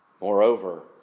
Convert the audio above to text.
Moreover